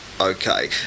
okay